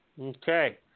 Okay